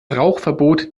rauchverbot